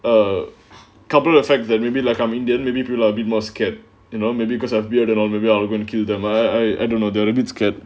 a couple effect that maybe like I'm indian maybe people are a bit more scared you know maybe because I've bearded or maybe I'll go and kill them I I don't know there are a bit scared